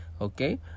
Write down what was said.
okay